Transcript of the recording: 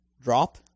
Drop